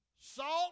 salt